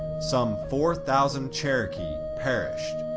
some four thousand cherokee perished.